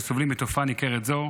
שסובלים מתופעה ניכרת זו.